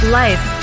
life